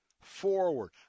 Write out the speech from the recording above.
forward